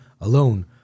alone